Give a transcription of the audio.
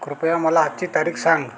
कृपया मला आजची तारीख सांग